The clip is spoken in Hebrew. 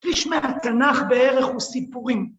פיש מהקנך בערך הוא סיפורים.